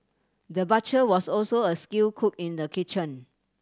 the butcher was also a skilled cook in the kitchen